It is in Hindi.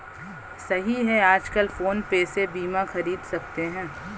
सही है आजकल फ़ोन पे से बीमा ख़रीद सकते हैं